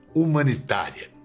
humanitária